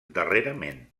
darrerament